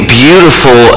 beautiful